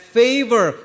favor